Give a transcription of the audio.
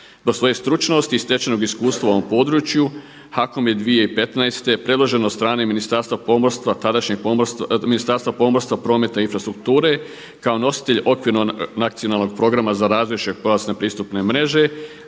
Zbog svoje stručnosti i stečenog iskustva u ovom području HAKOM je 2015. predložen od Ministarstva pomorstva, prometa i infrastrukture kao nositelj okvirnog Nacionalnog programa za razvoj širokopojasne pristupne mreže,